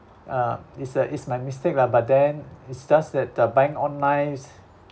uh it's uh it's my mistake lah but then it's just that uh buying online is